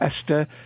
Esther